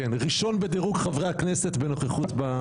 ראשון בדירוג חברי הכנסת בנוכחות.